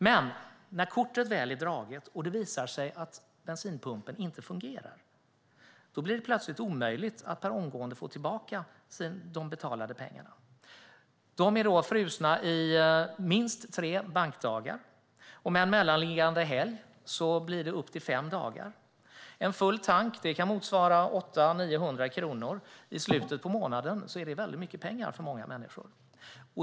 Men när kortet väl är draget och det visar sig att bensinpumpen inte fungerar blir det plötsligt omöjligt att per omgående få tillbaka de betalade pengarna. De är då frusna i minst tre bankdagar, och med en mellanliggande helg blir det upp till fem dagar. En full tank kan motsvara 800-900 kronor. I slutet av månaden är det väldigt mycket pengar för många människor.